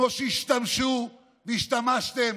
כמו שהשתמשו והשתמשתם,